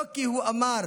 לא כי הוא אמר